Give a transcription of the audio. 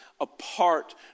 apart